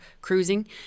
cruising